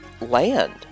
land